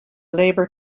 labour